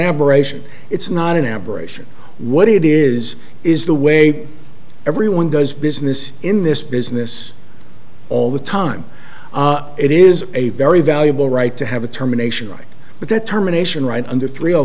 aberration it's not an aberration what it is is the way everyone does business in this business all the time it is a very valuable right to have a terminations right but that terminations right under thr